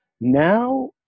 Now